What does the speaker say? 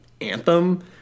Anthem